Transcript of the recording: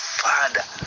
father